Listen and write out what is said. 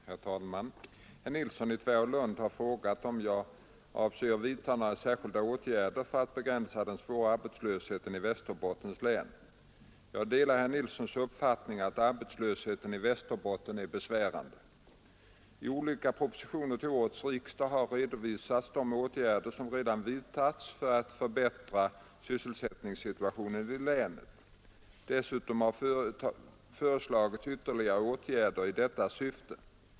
Herr talman! Herr Nilsson i Tvärålund har frågat om jag avser att vidta några särskilda åtgärder för att begränsa den svåra arbetslösheten i Västerbottens län. Jag delar herr Nilssons uppfattning att arbetslösheten i Västerbottens län är besvärande. I olika propositioner till årets riksdag har redovisats de åtgärder som redan vidtagits för att förbättra sysselsättningssituationen i länet. Dessutom har föreslagits ytterligare åtgärder i detta syfte.